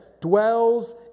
Dwells